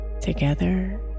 together